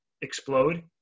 explode